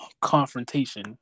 confrontation